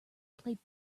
played